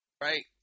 Right